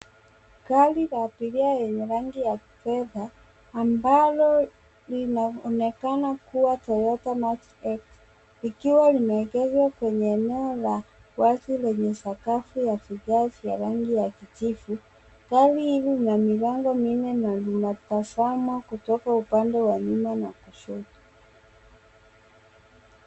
Gari la abiria yenye rangi ya fedha, ambalo linaonekana kuwa Toyota Mark X, likiwa limeekezwa kwenye eneo la wazi lenye sakafu ya vigae vya rangi ya kijivu. Gari hili lina milango minne na zinatazamwa kutoka upande wa nyuma na kushoto.